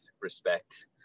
respect